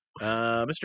Mr